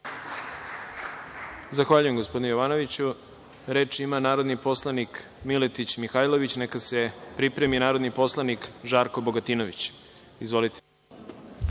Zahvaljujem, gospodine Jovanoviću. Reč ima narodni poslanik Miletić Mihajlović, a neka se pripremi narodni poslanik Žarko Bogatinović. **Miletić